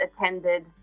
attended